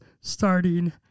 starting